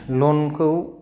लनखौ